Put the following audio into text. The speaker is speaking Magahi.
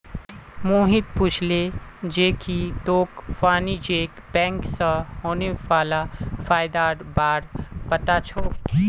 मोहित पूछले जे की तोक वाणिज्यिक बैंक स होने वाला फयदार बार पता छोक